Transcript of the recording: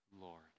Lord